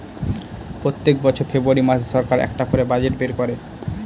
প্রত্যেক বছর ফেব্রুয়ারী মাসে সরকার একটা করে বাজেট বের করে